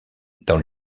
dans